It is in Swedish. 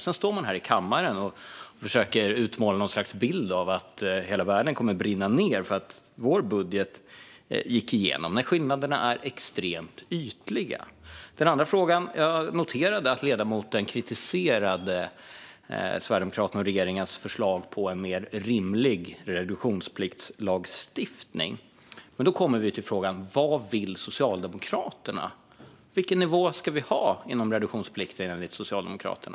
Sedan står man här i kammaren och försöker måla upp en bild av att hela världen kommer att brinna ned för att vår budget gick igenom, när skillnaderna är extremt ytliga. Jag noterade också att ledamoten kritiserade Sverigedemokraternas och regeringens förslag på en mer rimlig reduktionspliktslagstiftning. Då kommer vi till frågan: Vad vill Socialdemokraterna? Vilken nivå ska vi ha inom reduktionsplikten, enligt Socialdemokraterna?